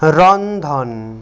ৰন্ধন